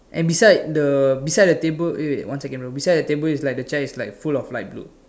and beside the beside the table wait wait one second bro beside the table is like the chair is like full of light blue